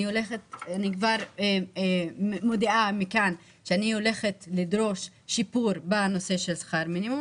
אני מודיעה מכאן שאני הולכת לדרוש שיפור בנושא של שכר מינימום.